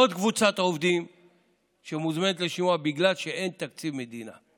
עוד קבוצת עובדים שמוזמנת לשימוע בגלל שאין תקציב מדינה.